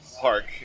park